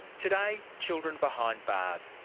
today, children behind bars.